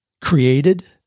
created